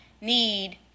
need